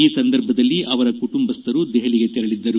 ಈ ಸಂದರ್ಭದಲ್ಲಿ ಅವರ ಕುಟುಂಬಸ್ಹರು ದೆಹಲಿಗೆ ತೆರಳಿದ್ದರು